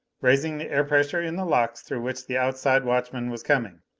raising the air pressure in the locks through which the outside watchman was coming.